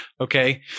okay